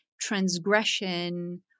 transgression